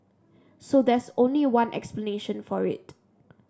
so there's only one explanation for it